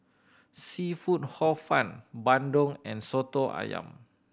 seafood Hor Fun bandung and Soto Ayam